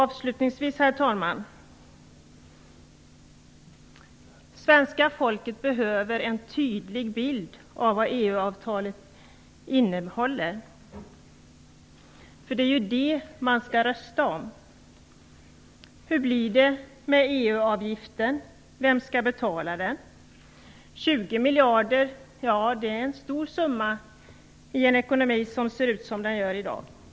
Avslutningsvis vill jag säga att svenska folket behöver en tydlig bild av vad EU avtalet innehåller. Det är ju det man skall rösta om. Hur blir det med EU-avgiften? Vem skall betala den? Summan 20 miljarder kronor är stor i en ekonomi som Sveriges, som den ser ut i dag.